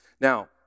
Now